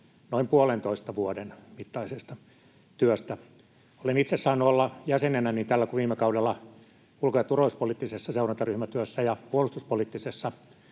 noin puolentoista vuoden mittaisesta työstä. Olen itse saanut olla jäsenenä niin tällä kuin viime kaudella ulko‑ ja turvallisuuspoliittisessa seurantaryhmätyössä ja puolustuspoliittisessa